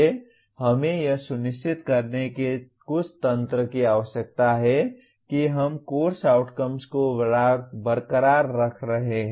हमें यह सुनिश्चित करने के कुछ तंत्र की आवश्यकता है कि हम कोर्स आउटकम्स को बरकरार रख रहे हैं